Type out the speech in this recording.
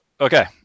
Okay